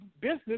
business